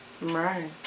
Right